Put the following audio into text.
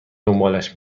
دنبالش